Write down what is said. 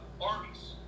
armies